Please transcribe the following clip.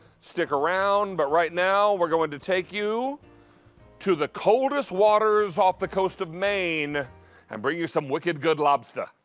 stick around. but right now, we're going to take you to the coldest waters off the coast of maine and bring you some wicked good lobster,